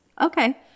Okay